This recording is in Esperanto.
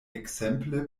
ekzemple